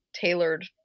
tailored